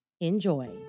Enjoy